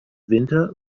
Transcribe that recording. winter